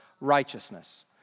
righteousness